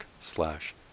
slash